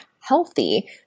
healthy